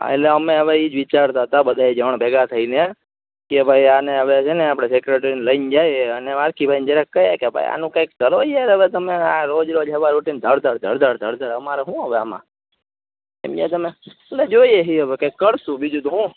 અલે અમે હવે ઇ જ વિચારતા બધે જણ ભેગા થઈને કે ભાઈ આને હવે છેને આપડે સેકરટીને લઈને જાઇયે અને વાલજી ભાઈને જરાક કહીયે કે ભાઈ આનું કાઈ ક કરો યાર હવે તમે આ રોજ રોજ હવાર ઊઠીને ધર ધર ધર ધર અમારે હું હવે આમાં હેમજ્યાં તમે લે જોઇયે હીએ હવ કાઈ ક કરસું બીજું તો હું